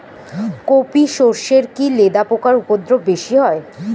কোপ ই সরষে কি লেদা পোকার উপদ্রব বেশি হয়?